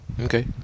okay